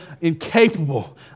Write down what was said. incapable